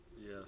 Yes